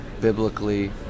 biblically